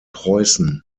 preußen